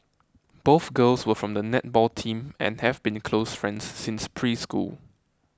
both girls were from the netball team and have been close friends since preschool